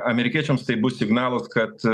amerikiečiams tai bus signalas kad